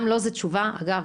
גם לא זו תשובה, אגב.